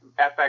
FX